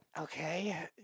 Okay